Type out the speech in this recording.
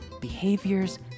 behaviors